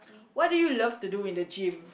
what do you love to do in the gym